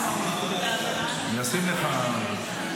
בבקשה.